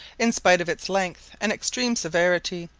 in spite of its length and extreme severity,